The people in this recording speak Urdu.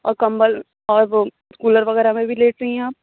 اور کمبل اور وہ کولر وغیرہ میں بھی لیٹ رہی ہیں آپ